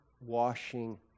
washing